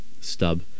stub